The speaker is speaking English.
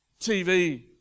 TV